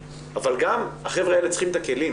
אבל גם החבר'ה האלה צריכים את הכלים,